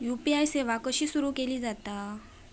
UPI सेवा कशी सुरू केली जाता?